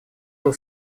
был